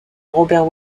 robert